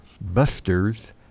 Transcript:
busters